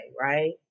right